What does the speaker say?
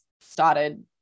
started